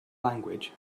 language